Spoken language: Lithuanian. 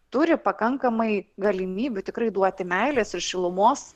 turi pakankamai galimybių tikrai duoti meilės ir šilumos